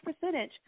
percentage